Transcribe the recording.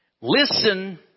Listen